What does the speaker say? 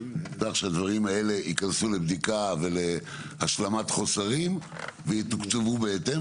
הובטח שהדברים האלה ייכנסו לבדיקה והשלמת חוסרים ויתוקצבו בהתאם,